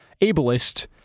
ableist